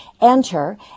enter